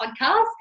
podcast